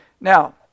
Now